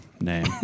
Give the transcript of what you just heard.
name